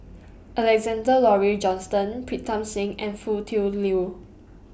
Alexander Laurie Johnston Pritam Singh and Foo Tui Liew